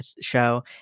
show